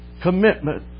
commitment